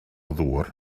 ddŵr